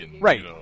Right